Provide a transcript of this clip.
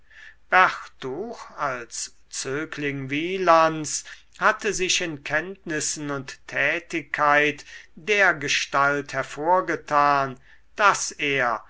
bertuch als zögling wielands hatte sich in kenntnissen und tätigkeit dergestalt hervorgetan daß er